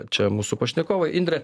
čia mūsų pašnekovai indre